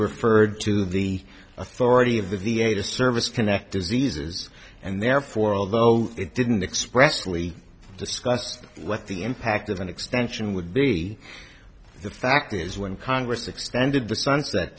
referred to the authority of the v a to service connect diseases and therefore although it didn't expressly discuss what the impact of an extension would be the fact is when congress extended the sunset